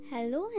Hello